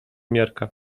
miarka